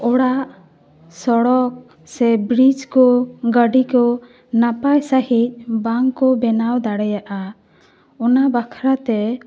ᱚᱲᱟᱜ ᱥᱚᱲᱚᱠ ᱥᱮ ᱵᱨᱤᱡᱽ ᱠᱚ ᱜᱟᱹᱰᱤ ᱠᱚ ᱱᱟᱯᱟᱭ ᱥᱟᱺᱦᱤᱡ ᱵᱟᱝ ᱠᱚ ᱵᱮᱱᱟᱣ ᱫᱟᱲᱮᱭᱟᱜᱼᱟ ᱚᱱᱟ ᱵᱟᱠᱷᱨᱟᱛᱮ